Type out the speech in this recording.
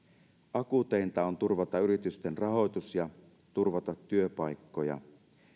akuuteinta on turvata yritysten rahoitus ja turvata työpaikkoja